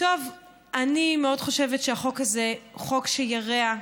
אני מאוד חושבת שהחוק הזה הוא חוק שירע.